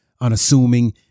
unassuming